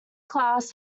class